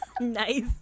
Nice